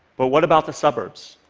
but what about the suburbs?